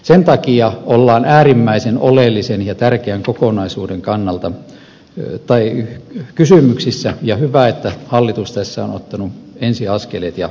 sen takia ollaan äärimmäisen oleellisen ja tärkeän kokonaisuuden kysymyksissä ja hyvä että hallitus tässä on ottanut ensiaskeleet ja ryhtyy toimiin